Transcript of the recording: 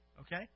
okay